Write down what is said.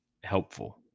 helpful